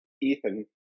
Ethan